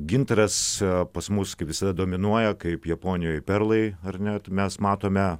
gintaras pas mus kaip visada dominuoja kaip japonijoj perlai ar ne tai mes matome